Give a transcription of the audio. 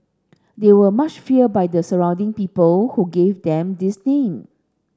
they were much feared by the surrounding people who gave them this name